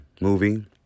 movie